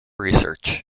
research